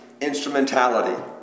instrumentality